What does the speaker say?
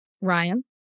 Ryan